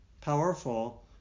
powerful